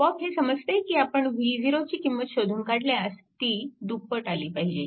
आपोआप हे समजते की आपण v0 ची किंमत शोधून काढल्यास ती दुप्पट आली पाहिजे